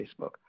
facebook